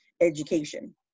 education